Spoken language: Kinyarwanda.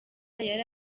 yari